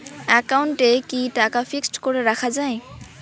একাউন্টে কি টাকা ফিক্সড করে রাখা যায়?